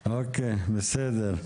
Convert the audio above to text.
בסדר.